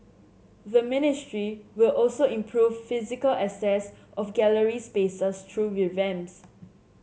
the ministry will also improve physical access of gallery spaces through revamps